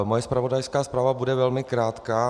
Moje zpravodajská zpráva bude velmi krátká.